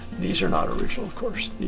these are not original of course.